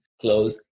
close